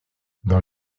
dans